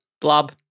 Blob